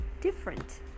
different